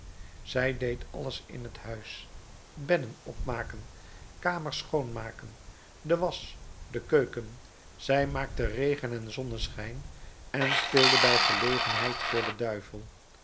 zij deed alles in het huis bedden opmaken kamers schoonmaken de wasch de keuken zij maakte regen en zonneschijn en speelde bij gelegenheid voor den duivel